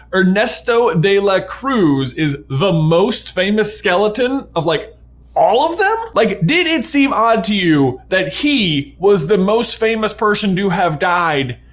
ernesto de la cruz is the most famous skeleton, of like all of them. like, did it seem odd to you that he was the most famous person do have died,